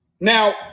Now